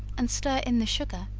and stir in the sugar,